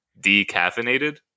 decaffeinated